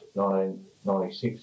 1996